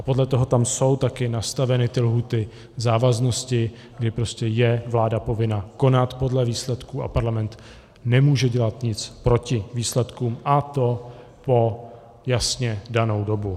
A podle toho tam jsou také nastaveny ty lhůty závaznosti, kdy prostě vláda je povinna konat podle výsledků a Parlament nemůže dělat nic proti výsledkům, a to po jasně danou dobu.